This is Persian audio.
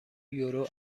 یورو